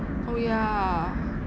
oh ya